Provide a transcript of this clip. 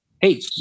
hey